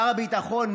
שר הביטחון,